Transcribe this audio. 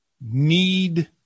need